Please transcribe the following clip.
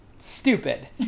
stupid